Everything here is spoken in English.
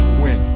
win